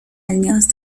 نیاز